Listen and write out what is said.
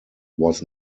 was